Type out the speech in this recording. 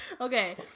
okay